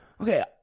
Okay